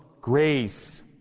grace